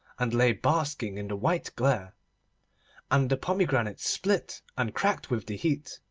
and lay basking in the white glare and the pomegranates split and cracked with the heat,